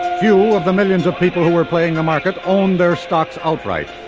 few of the millions of people who were playing the market owned their stock outright.